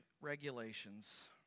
regulations